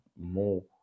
more